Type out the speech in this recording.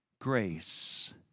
grace